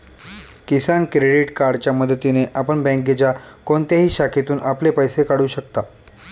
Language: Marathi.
किसान क्रेडिट कार्डच्या मदतीने आपण बँकेच्या कोणत्याही शाखेतून आपले पैसे काढू शकता